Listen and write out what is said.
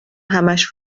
همش